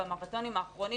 במרתונים האחרונים,